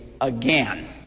again